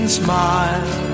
smile